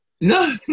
No